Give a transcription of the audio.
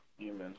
Amen